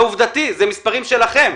אלה עובדות ואלה המספרים שלכם.